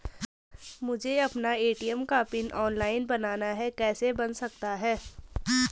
मुझे अपना ए.टी.एम का पिन ऑनलाइन बनाना है कैसे बन सकता है?